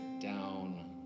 down